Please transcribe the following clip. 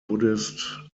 buddhist